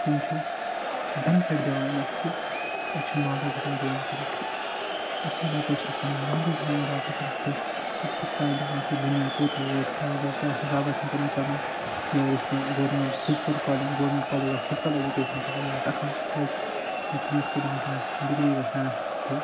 تِم چھِ بٮ۪نفِٹ دِوان اَسہِ کہِ أسۍ چھِ نالیج ہٮ۪کان گین کٔرِتھ اصٕلہ پٲٹھۍ چھِ أسۍ پَنٕنۍ ہٮ۪کان نالیج ہٮ۪کان اَڈاپٹ کٔرِتھ تہٕ اَسہِ تہِ چھِ پَے لگان کہِ دُنیا کوٚت ووت کیاہ گوٚو کیاہ حِسابہ چھُ وٕنۍکٮ۪نَس چَلان بیٚیہِ اگر أسۍ وٕچھو government physical college government college of physical education چھُ واریاہ اکھ اصٕل تکیازِ تتہِ چھِ مُختَلِف وٕنۍکٮ۪نَس ڈِگری گَژھان تہٕ